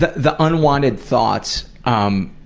the the unwanted thoughts, um,